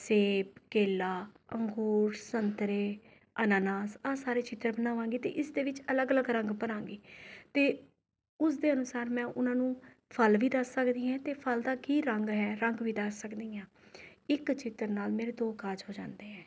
ਸੇਬ ਕੇਲਾ ਅੰਗੂਰ ਸੰਤਰੇ ਅਨਾਨਾਸ ਇਹ ਸਾਰੇ ਚਿੱਤਰ ਬਣਾਵਾਂਗੇ ਅਤੇ ਇਸਦੇ ਵਿੱਚ ਅਲੱਗ ਅਲੱਗ ਰੰਗ ਭਰਾਂਗੇ ਅਤੇ ਉਸਦੇ ਅਨੁਸਾਰ ਮੈਂ ਉਹਨਾਂ ਨੂੰ ਫ਼ਲ ਵੀ ਦੱਸ ਸਕਦੀ ਹੈ ਅਤੇ ਉਹਨਾਂ ਨੂੰ ਫ਼ਲ ਦਾ ਕੀ ਰੰਗ ਹੈ ਰੰਗ ਵੀ ਦੱਸ ਸਕਦੀ ਹਾਂ ਇੱਕ ਚਿੱਤਰ ਨਾਲ ਮੇਰੇ ਦੋ ਕਾਰਜ ਹੋ ਜਾਂਦੇ ਹੈ